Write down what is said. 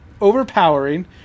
overpowering